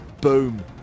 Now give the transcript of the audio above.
Boom